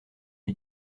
lui